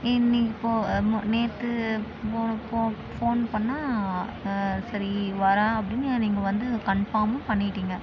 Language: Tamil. இனி இப்போது ம நேற்று போன போ ஃபோன் பண்ணிணா சரி வரேன் அப்படின்னு நீங்கள் வந்து கன்பார்மும் பண்ணிவிட்டீங்க